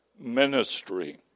ministry